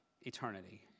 eternity